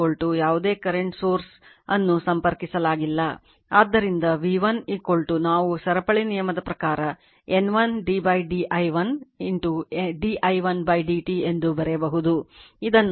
ಆದ್ದರಿಂದ v1 ನಾವು ಸರಪಳಿ ನಿಯಮದ ಪ್ರಕಾರ N 1 d d i1 d i1 dt ಎಂದು ಬರೆಯಬಹುದು ಇದನ್ನು L1 d i1 dt ಎಂದು ಬರೆಯಬಹುದು